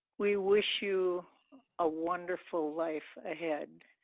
we wish you a wonderful life ahead.